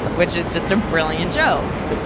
which is just a brilliant joke.